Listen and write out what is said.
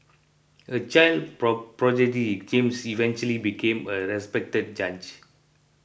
a child prodigy James eventually became a respected judge